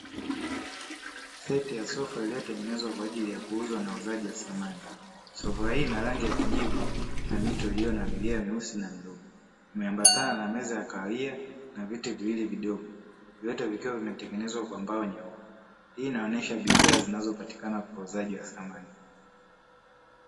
Seti ya sofa iliyo tengenezwa kwa ajili ya kuuzwa na wauzaji wa samani, sofa hii ina rangi ya kijivu na mito iliyo na milia myeusi na bluu, imeambatana na meza ya kahawia na viti viwili vidogo vyote vikiwa vimetengenezwa kwa mbao nyeupe; hii inaonyesha bidhaa zinazopatikana kwa wauzaji wa samani.